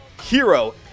Hero